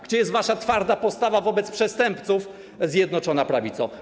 Gdzie jest wasza twarda postawa wobec przestępców, Zjednoczona Prawico?